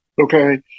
okay